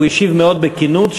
הוא השיב מאוד בכנות,